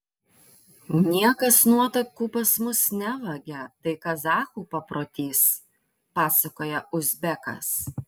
niekas nuotakų pas mus nevagia tai kazachų paprotys pasakoja uzbekas